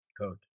code